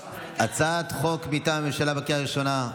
הצעת חוק מטעם הממשלה בקריאה הראשונה,